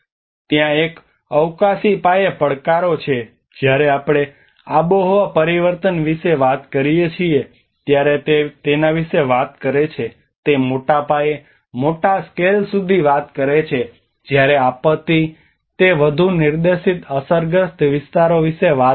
ત્યાં એક અવકાશી પાયે પડકારો છે જ્યારે આપણે આબોહવા પરિવર્તન વિશે વાત કરીએ ત્યારે તે તેના વિશે વાત કરે છે તે મોટા પાયે મોટા સ્કેલ સુધી વાત કરે છે જ્યારે આપત્તિ તે વધુ નિર્દેશિત અસરગ્રસ્ત વિસ્તારો વિશે વાત કરે છે